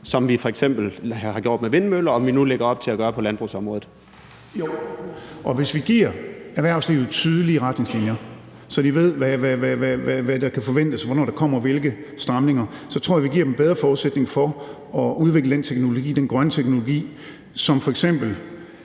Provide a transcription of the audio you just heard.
næstformand (Karen Ellemann): Værsgo. Kl. 19:23 Torsten Gejl (ALT): Jo, og hvis vi giver erhvervslivet tydelige retningslinjer, så de ved, hvad der kan forventes, og hvornår der kommer hvilke stramninger, så tror jeg, at vi giver dem en bedre forudsætning for at udvikle den grønne teknologi, som